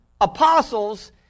apostles